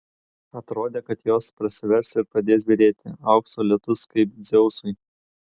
atrodė kad jos prasivers ir pradės byrėti aukso lietus kaip dzeusui